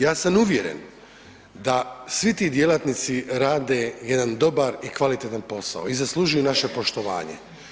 Ja sam uvjeren da svi ti djelatnici rade jedan dobar i kvalitetan posao i zaslužuju naše poštovanje.